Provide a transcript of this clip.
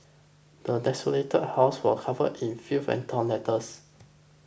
the desolated house was covered in filth and torn letters